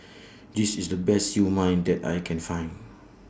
This IS The Best Siew Mai that I Can Find